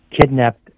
kidnapped